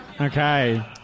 Okay